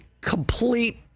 complete